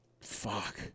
Fuck